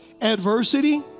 Adversity